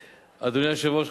2012. אדוני היושב-ראש,